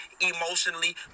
emotionally